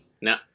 No